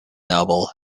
novel